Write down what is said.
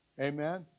Amen